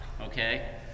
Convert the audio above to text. okay